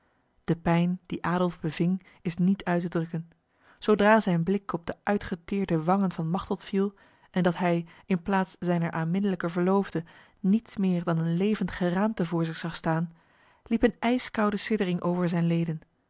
de pijn die adolf beving is niet uit te drukken zodra zijn blik op de uitgeteerde wangen van machteld viel en dat hij in plaats zijner aanminnelijke verloofde niets meer dan een levend geraamte voor zich zag staan liep een ijskoude siddering over zijn leden